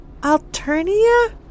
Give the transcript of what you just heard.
Alternia